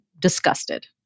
disgusted